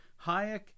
Hayek